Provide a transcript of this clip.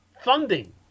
funding